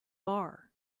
bar